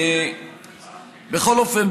בכל אופן,